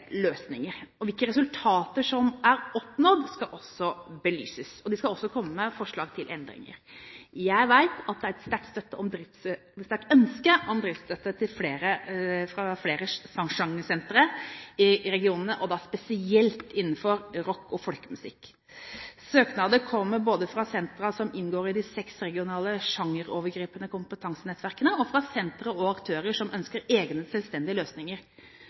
løsninger. Hvilke resultater som er oppnådd, skal også belyses, og de skal også komme med forslag til endringer. Jeg vet at det er et sterkt ønske om driftsstøtte fra flere sjangersentre i regionene og spesielt innenfor rock og folkemusikk. Søknader kommer fra både sentre som inngår i de seks regionale sjangerovergripende kompetansenettverkene, og fra sentre og aktører som ønsker egne, selvstendige løsninger